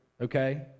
okay